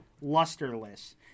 lusterless